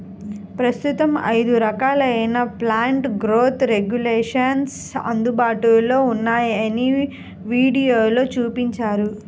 ప్రస్తుతం ఐదు రకాలైన ప్లాంట్ గ్రోత్ రెగ్యులేషన్స్ అందుబాటులో ఉన్నాయని వీడియోలో చూపించారు